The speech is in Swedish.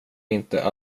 inte